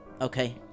Okay